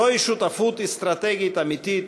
זוהי שותפות אסטרטגית אמיתית